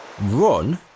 run